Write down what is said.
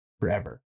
forever